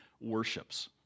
worships